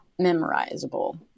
memorizable